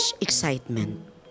excitement